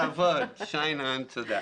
תודה.